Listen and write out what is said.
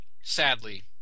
sadly